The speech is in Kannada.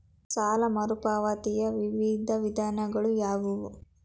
ಸಾಲ ಮರುಪಾವತಿಯ ವಿವಿಧ ವಿಧಾನಗಳು ಯಾವುವು?